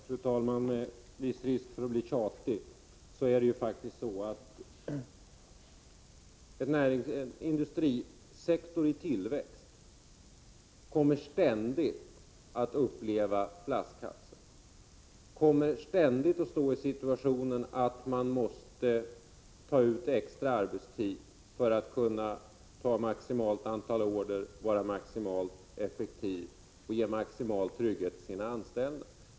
Fru talman! Det finns viss risk att det här blir tjatigt, men det är faktiskt så att en industrisektor i tillväxt ständigt kommer att uppleva flaskhalsar och ständigt stå i den situationen att man måste ta ut extra arbetstid för att kunna ta maximalt antal order, vara maximalt effektiv och ge maximal trygghet till sina anställda.